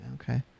okay